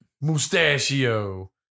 Mustachio